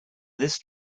this